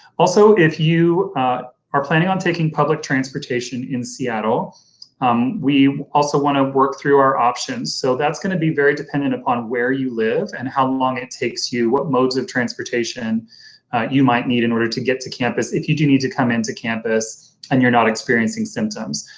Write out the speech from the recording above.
also, if you are planning on taking public transportation in seattle um we also want to work through our options. so that's going to be very dependent upon where you live and how long it takes you, what modes of transportation you might need in order to get to campus, if you do need to come into campus and you're not experiencing symptoms.